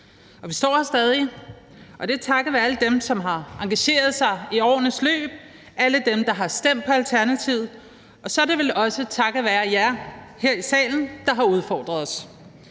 vi står her stadig, og det er takket være alle dem, som har engageret sig i årenes løb, alle dem, der har stemt på Alternativet, og så er det vel også takket være jer her i salen, der har udfordret os.